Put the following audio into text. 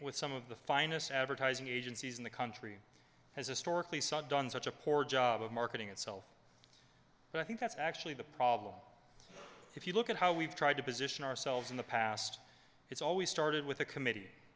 with some of the finest advertising agencies in the country has historically such done such a poor job of marketing itself but i think that's actually the problem if you look at how we've tried to position ourselves in the past it's always started with a committee